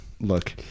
look